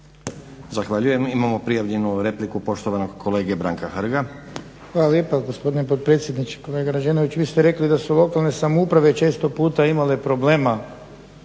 Zahvaljujem. Imamo prijavljenu repliku poštovanog kolege Branka Hrga. **Hrg, Branko (HSS)** Hvala lijepa gospodine potpredsjedniče. Kolega Rađenović vi ste rekli da su lokalne samouprave često puta imale problema